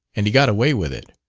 and he got away with it.